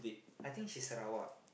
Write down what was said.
I think she Sarawak